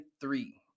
three